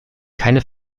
keine